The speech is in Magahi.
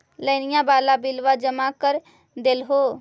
लोनिया वाला बिलवा जामा कर देलहो?